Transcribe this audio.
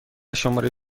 شماره